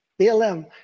BLM